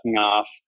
off